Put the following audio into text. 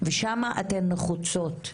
ושם אתן נחוצות.